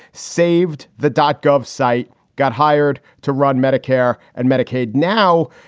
saved the dot gov site, got hired to run medicare and medicaid. now,